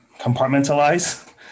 Compartmentalize